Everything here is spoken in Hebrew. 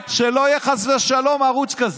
יהיה חס ושלום ערוץ כזה.